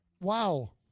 Wow